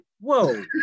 Whoa